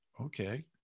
Okay